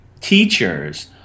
teachers